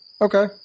Okay